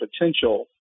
potential